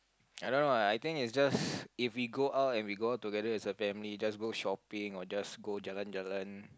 I don't know ah I think it's just if we go out and we go out together as a family just go shopping or just go jalan-jalan